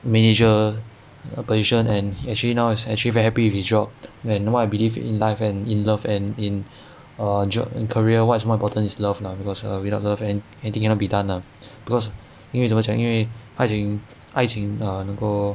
manager position and actually now he's actually very happy with his job and what I believe in life and in love and in jo~ in career what's more important is love lah because without love an~ anything cannot be done lah because 因为怎么讲因为爱情爱情 err 能够